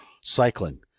cycling